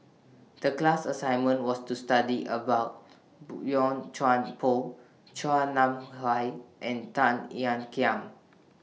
The class assignment was to study about Boey Chuan Poh Chua Nam Hai and Tan Ean Kiam